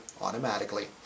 automatically